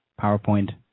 PowerPoint